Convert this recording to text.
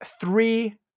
Three